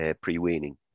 pre-weaning